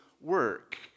work